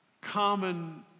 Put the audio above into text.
common